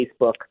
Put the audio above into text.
Facebook